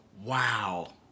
Wow